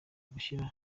gushyira